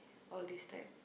all these time